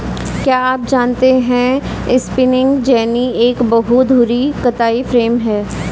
क्या आप जानते है स्पिंनिंग जेनि एक बहु धुरी कताई फ्रेम है?